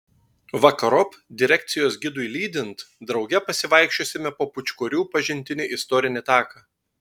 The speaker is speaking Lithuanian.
vakarop direkcijos gidui lydint drauge pasivaikščiosime po pūčkorių pažintinį istorinį taką